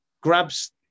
grabs